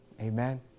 Amen